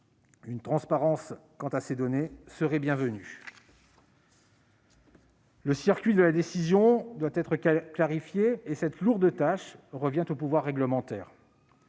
La transparence sur ces données serait la bienvenue. Le circuit de la décision doit être clarifié et cette lourde tâche revient au pouvoir réglementaire.